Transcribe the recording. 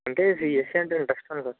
అంటే సిఎస్ఈ అంటే ఇంటరెస్ట్ ఉంది